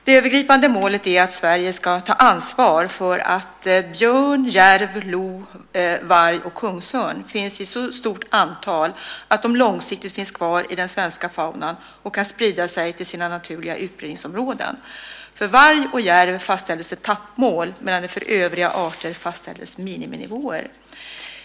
Det övergripande målet är att Sverige ska ta ansvar för att björn, järv, lo, varg och kungsörn finns i så stort antal att de långsiktigt finns kvar i den svenska faunan och kan sprida sig till sina naturliga utbredningsområden. För varg och järv fastställdes etappmål medan det för övriga arter fastställdes miniminivåer.